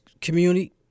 community